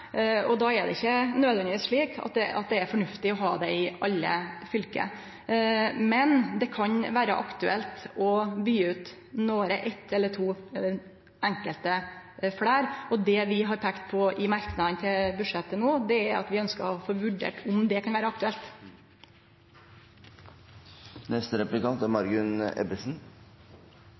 er det ikkje nødvendigvis slik at det er fornuftig å ha det i alle fylke, men det kan vere aktuelt å byggje ut eitt eller to eller nokre fleire. Det vi har peikt på i merknadene til budsjettet no, er at vi ønskjer å få vurdert om det kan vere aktuelt.